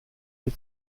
die